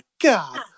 God